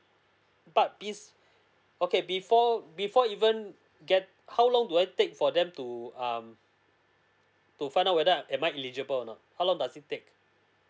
but is okay before before even get how long do it take for them to um to find out whether am I eligible or not how long does it take